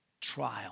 trial